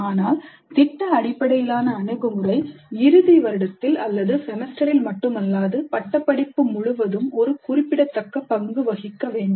ஆனால் திட்ட அடிப்படையிலான அணுகுமுறை இறுதி வருடத்தில் அல்லது செமஸ்டரில் மட்டுமல்லாது பட்டப்படிப்பு முழுவதும் ஒரு குறிப்பிடத்தக்க பங்கு வகிக்க வேண்டும்